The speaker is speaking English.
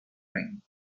ring